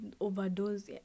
overdose